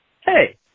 hey